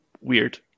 weird